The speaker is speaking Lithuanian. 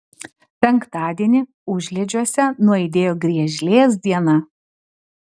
penktadienį užliedžiuose nuaidėjo griežlės diena